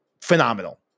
Phenomenal